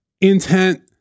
intent